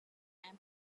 and